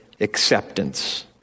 acceptance